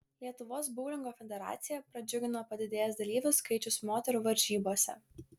lietuvos boulingo federaciją pradžiugino padidėjęs dalyvių skaičius moterų varžybose